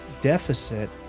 deficit